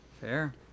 Fair